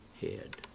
head